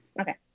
Okay